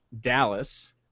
Dallas